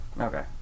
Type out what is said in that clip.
Okay